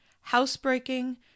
Housebreaking